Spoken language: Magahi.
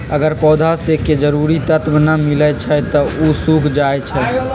अगर पौधा स के जरूरी तत्व न मिलई छई त उ सूख जाई छई